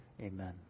Amen